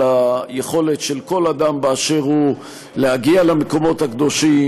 היכולת של כל אדם באשר הוא להגיע למקומות הקדושים,